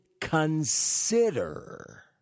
consider